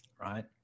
right